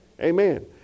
Amen